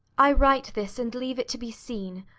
i write this and leave it to be seen,